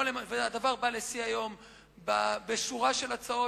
הדבר הגיע לשיא היום בשורה של הצעות